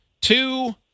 two